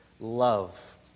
love